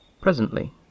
Presently